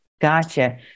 Gotcha